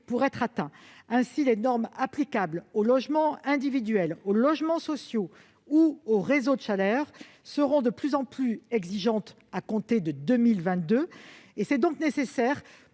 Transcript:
objectifs. Ainsi, les normes applicables aux logements individuels, aux logements sociaux ou aux réseaux de chaleur seront de plus en plus exigeantes à compter de 2022. C'est nécessaire